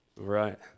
right